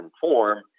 form